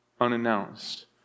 unannounced